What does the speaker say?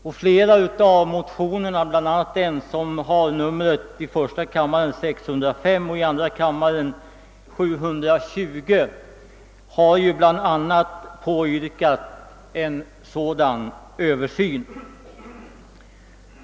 I flera av motionerna — bl.a. i motionsparet I: 605 och II: 720 — påyrkas en sådan översyn.